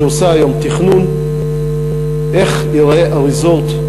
שעושה היום תכנון איך ייראה הריזורט,